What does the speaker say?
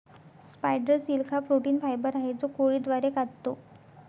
spider silk हा protein fibre आहे जो कोळी द्वारे काततो